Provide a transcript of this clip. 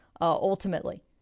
ultimately